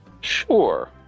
sure